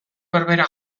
berbera